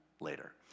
later